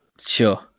sure